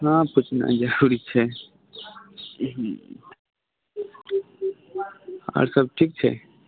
हाँ कुछ नही है आओर ई छै आओर सभ ठीक छै